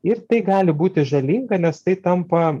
ir tai gali būti žalinga nes tai tampa